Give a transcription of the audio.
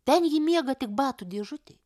ten ji miega tik batų dėžutėj